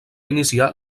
iniciar